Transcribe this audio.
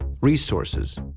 resources